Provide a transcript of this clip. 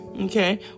okay